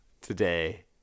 today